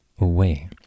away